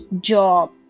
job